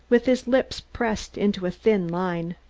with his lips pressed into a thin line.